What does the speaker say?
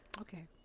Okay